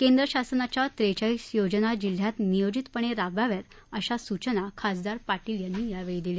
केंद्र शासनाच्या त्रेचाळीस योजनां जिल्ह्यात नियोजितपणे राबवाव्यात अशा सूचना खासदार पाटील यांनी दिल्या